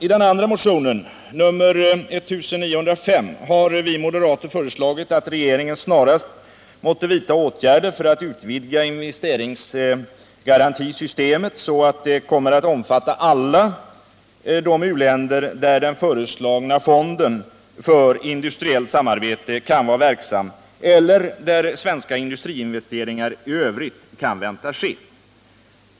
I den andra motionen, nr 1905, har vi moderater föreslagit att regeringen snarast måtte vidta åtgärder för att utvidga investeringsgarantisystemet, så att det kommer att omfatta alla de u-länder där den föreslagna fonden för industriellt samarbete kan vara verksam eller där svenska industriinvesteringar i övrigt kan väntas ske.